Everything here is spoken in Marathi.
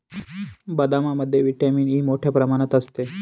बदामामध्ये व्हिटॅमिन ई मोठ्ठ्या प्रमाणात असते